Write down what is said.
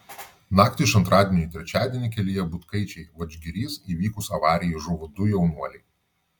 naktį iš antradienio į trečiadienį kelyje butkaičiai vadžgirys įvykus avarijai žuvo du jaunuoliai